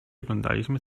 oglądaliśmy